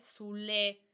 sulle